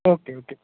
okay okay